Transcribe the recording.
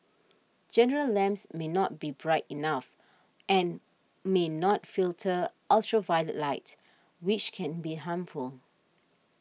general lamps may not be bright enough and may not filter ultraviolet light which can be harmful